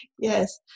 yes